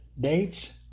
dates